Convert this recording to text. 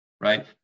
right